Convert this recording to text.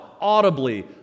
audibly